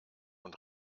und